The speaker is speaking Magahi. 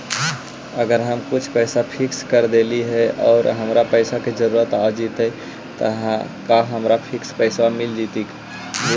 अगर हम कुछ पैसा फिक्स कर देली हे और हमरा पैसा के जरुरत आ जितै त का हमरा फिक्स पैसबा मिल सकले हे?